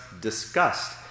disgust